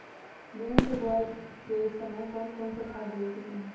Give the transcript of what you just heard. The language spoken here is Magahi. गेंहू के बोआई के समय कौन कौन से खाद देवे के चाही?